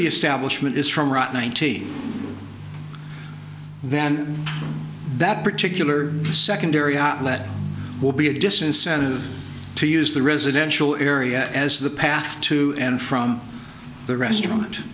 the establishment is from route nineteen then that particular secondary outlet will be a disincentive to use the residential area as the path to and from the restaurant